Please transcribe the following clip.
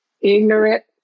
ignorant